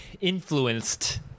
influenced